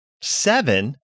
Seven